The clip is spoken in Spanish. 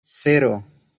cero